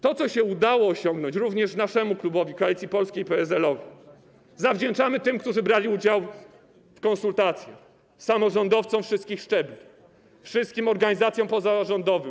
To, co się udało osiągnąć, również naszemu klubowi, Koalicji Polskiej - PSL, zawdzięczamy tym, którzy brali udział w konsultacjach - samorządowcom wszystkich szczebli, wszystkim organizacjom pozarządowym.